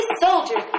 soldier